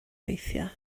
weithiau